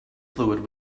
fluid